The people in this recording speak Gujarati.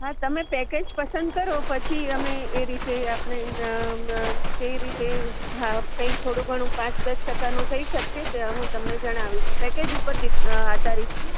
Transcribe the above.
હા તમે પેકેજ પસંદ કરો પછી અમે એ રીતે આપને કઈ રીતે હા કઈ થોડું ઘણું પાંચ ટકાનું થઈ શકશે તે હું તમને જણાવીશ પેકેજ ઉપર ડીપે આધારિત છે